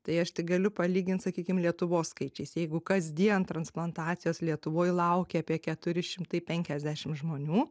tai aš tik galiu palygint sakykim lietuvos skaičiais jeigu kasdien transplantacijos lietuvoj laukia apie keturi šimtai penkiasdešim žmonių